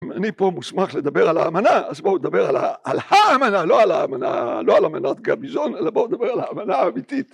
אני פה מוסמך לדבר על האמנה, אז בואו נדבר על האמנה, לא על אמנת גביזון, אלא בואו נדבר על האמנה האמיתית.